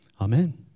Amen